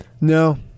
No